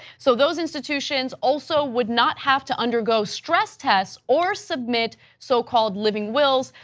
so those institutions also would not have to undergo stress tests or submit so-called living wills.